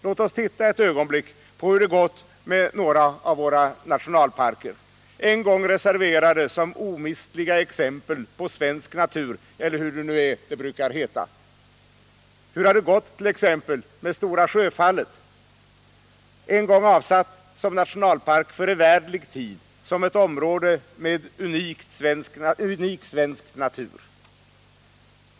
Låt oss titta ett ögonblick på hur det gått med några av våra nationalparker, en gång reserverade som omistliga exempel på svensk natur — eller hur det nu brukar heta. Hur har dett.ex. gått med Stora Sjöfallet, en gång avsatt som nationalpark för evärdlig tid, som ett område med unik svensk natur?